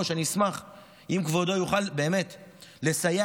אני אשמח אם כבודו יוכל לסייע לי.